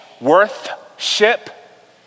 worth-ship